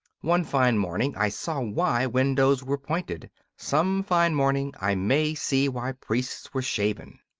one fine morning i saw why windows were pointed some fine morning i may see why priests were shaven.